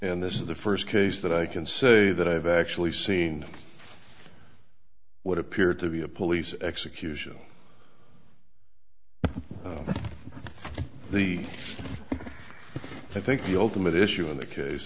and this is the first case that i can say that i've actually seen what appeared to be a police execution the i think the ultimate issue in the case